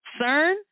CERN